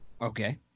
Okay